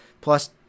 plus